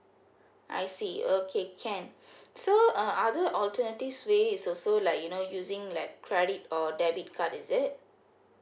I see okay can so uh other alternatives way is also like you know using like credit or debit card is it